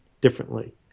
differently